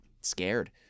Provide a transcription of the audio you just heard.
scared